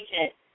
agent